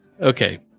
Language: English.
Okay